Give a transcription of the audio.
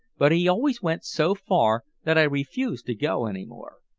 but he always went so far that i refused to go any more.